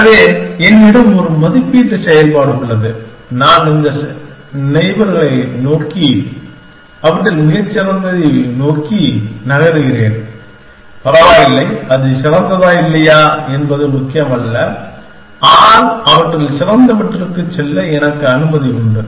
எனவே என்னிடம் ஒரு மதிப்பீட்டு செயல்பாடு உள்ளது நான் இந்த நெய்பர்களை உருவாக்கி அவற்றில் மிகச் சிறந்ததை நோக்கி நகர்கிறேன் பரவாயில்லை அது சிறந்ததா இல்லையா என்பது முக்கியமல்ல ஆனால் அவற்றில் சிறந்தவற்றுக்கு செல்ல எனக்கு அனுமதி உண்டு